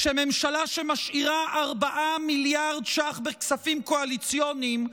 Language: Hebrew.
שממשלה שמשאירה 4 מיליארד ש"ח בכספים קואליציוניים,